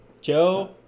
Joe